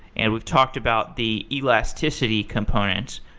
and we've talked about the elasticity component,